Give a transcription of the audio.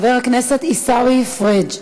חבר הכנסת עיסאווי פריג'